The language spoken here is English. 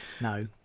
No